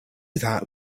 that